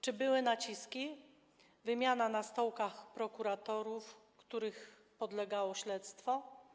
Czy były naciski, wymiana na stołkach prokuratorów, którym podlegało śledztwo?